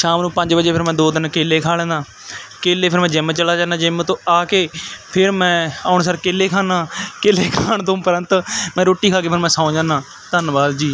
ਸ਼ਾਮ ਨੂੰ ਪੰਜ ਵਜੇ ਫਿਰ ਮੈਂ ਦੋ ਤਿੰਨ ਕੇਲੇ ਖਾ ਲੈਂਦਾ ਕੇਲੇ ਫਿਰ ਮੈਂ ਜਿੰਮ ਚਲਾ ਜਾਂਦਾ ਜਿੰਮ ਤੋਂ ਆ ਕੇ ਫਿਰ ਮੈਂ ਆਉਣ ਸਾਰ ਕੇਲੇ ਖਾਂਦਾ ਕੇਲੇ ਖਾਣ ਤੋਂ ਉਪਰੰਤ ਮੈਂ ਰੋਟੀ ਖਾ ਕੇ ਫਿਰ ਮੈਂ ਸੌਂ ਜਾਂਦਾ ਧੰਨਵਾਦ ਜੀ